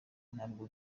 ntabwo